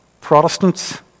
Protestants